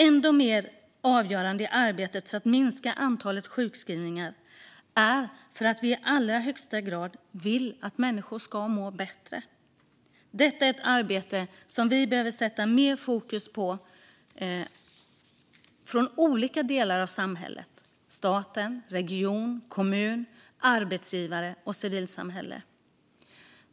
Ännu mer avgörande i arbetet för att minska antalet sjukskrivningar är att vi i allra högsta grad vill att människor ska må bättre. Detta är ett arbete som det behöver sättas mer fokus på från olika delar av samhället - från staten, regionerna, kommunerna, arbetsgivarna och civilsamhället.